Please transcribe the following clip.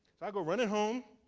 i go running home,